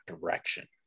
direction